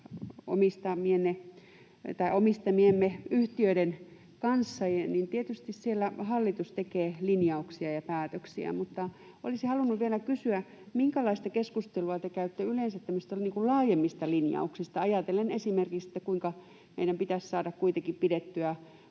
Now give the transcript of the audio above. omistamiemme yhtiöiden kanssa, niin tietysti siellä hallitus tekee linjauksia ja päätöksiä, mutta olisin halunnut vielä kysyä, minkälaista keskustelua te käytte yleensä tämmöisistä laajemmista linjauksista, esimerkiksi sitä ajatellen, että meidän pitäisi saada kuitenkin pidettyä